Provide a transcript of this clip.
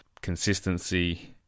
consistency